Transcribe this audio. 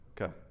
Okay